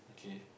okay